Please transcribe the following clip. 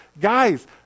guys